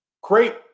Great